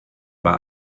war